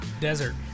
Desert